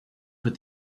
put